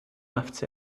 left